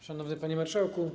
Szanowny Panie Marszałku!